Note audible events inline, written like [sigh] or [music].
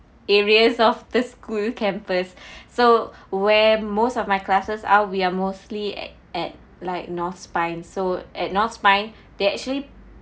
areas of the school campus [breath] so where most of my classes are we are mostly at at like north spine so at north spine they actually